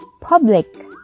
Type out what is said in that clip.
public